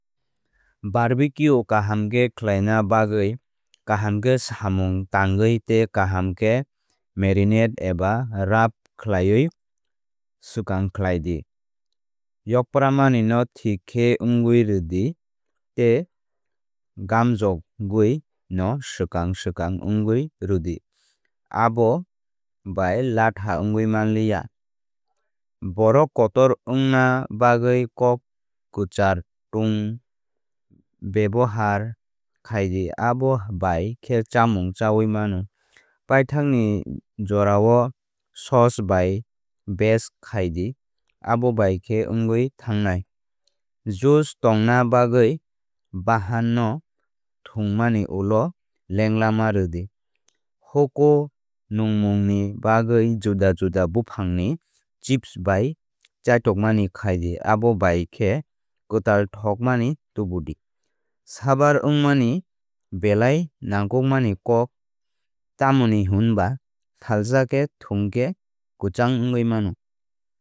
Barbecue kaham khe khlaina bagwi kaham khe samung tangwi tei kaham khe marinade eba rub khlaiwi swkang khlai di. Yokpramani no thik khe wngwi rwdi tei gamjokguis no swkang swkang wngwi rwdi abo bai latha wngwi manliya. Borok kotor wngna bagwi kok kwchar tung bebohar khai di abo bai khe chámung cháui mano. Paithakni ni jorao sauce bai baste khai di abo bai khe wngwi thangnai. Juices tongna bagwi bahan no thwngmani ulo lenglama rwdi. Hoko numgmung ni bagwi juda juda buphang ni chips bai chaithokmani khai di abo bai khe kwtal thokmani tubu di. Saabar wngmani belai nangkukmani kok tamni hwnba salsa khe thwng khe kwchang wngwi mano